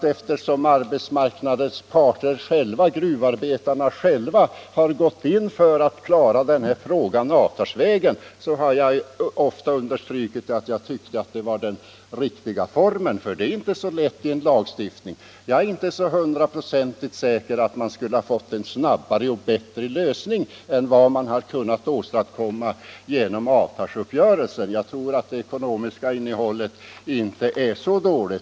Men märk väl, herr Hagberg, att eftersom gruvarbetarna själva har gått in för att klara denna fråga avtalsvägen, har jag ofta understrukit att jag tyckte att det var den riktiga formen. Det är inte så lätt att klara detta i en lagstiftning. Jag är inte hundraprocentigt säker på att man skulle ha lyckats få en snabbare och bättre lösning än vad man har kunnat åstadkomma genom avtalsuppgörelsen. Jag tycker att det ekonomiska innehållet inte är så dåligt.